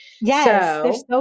Yes